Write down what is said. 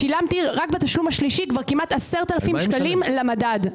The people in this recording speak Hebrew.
בתשלום השלישי שילמתי כבר כמעט 10,000 שקל למדד.